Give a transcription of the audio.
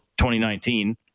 2019